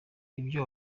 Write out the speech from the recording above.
ibyo